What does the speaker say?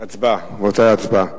רבותי, הצבעה.